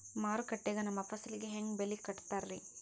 ಮಾರುಕಟ್ಟೆ ಗ ನಮ್ಮ ಫಸಲಿಗೆ ಹೆಂಗ್ ಬೆಲೆ ಕಟ್ಟುತ್ತಾರ ರಿ?